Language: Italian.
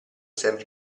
sempre